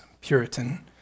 Puritan